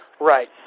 Right